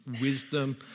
wisdom